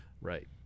Right